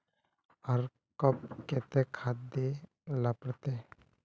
आर कब केते खाद दे ला पड़तऐ?